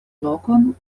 lokon